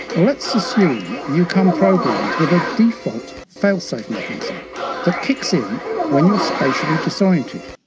let's assume you come programmed with a default failsafe mechanism that kicks in when you are spatially disoriented.